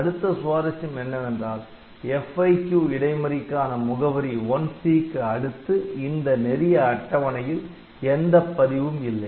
அடுத்த சுவாரஸ்யம் என்னவென்றால் FIQ இடைமறிக்கான முகவரி '1C' க்கு அடுத்து இந்த நெறிய அட்டவணையில் எந்த பதிவும் இல்லை